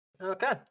Okay